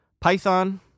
Python